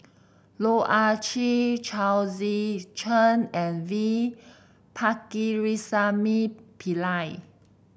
Loh Ah Chee Chao Tzee Cheng and V Pakirisamy Pillai